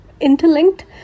interlinked